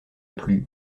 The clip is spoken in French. plus